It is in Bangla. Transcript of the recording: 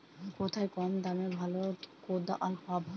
কোথায় কম দামে ভালো কোদাল পাব?